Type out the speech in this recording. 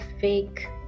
fake